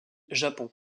japon